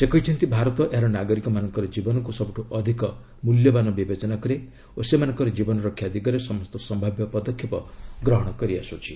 ସେ କହିଛନ୍ତି ଭାରତ ଏହାର ନାଗରିକମାନଙ୍କର ଜୀବନକୁ ସବୁଠୁ ଅଧିକ ମୂଲ୍ୟବାନ ବିବେଚନା କରେ ଓ ସେମାନଙ୍କର ଜୀବନରକ୍ଷା ଦିଗରେ ସମସ୍ତ ସମ୍ଭାବ୍ୟ ପଦକ୍ଷେପ ଗ୍ରହଣ କରିଆସୁଛି